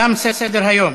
תם סדר-היום.